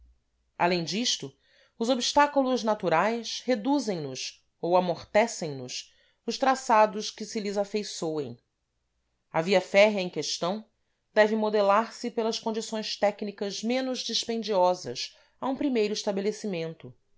além disto os obstáculos naturais reduzem nos ou amortecem nos os traçados que se lhes afeiçoem a via férrea em questão deve modelar se pelas condições técnicas menos dispendiosas a um primeiro estabelecimento